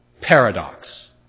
paradox